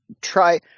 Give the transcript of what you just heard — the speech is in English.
Try